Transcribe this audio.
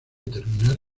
terminar